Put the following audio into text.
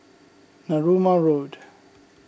Narooma Road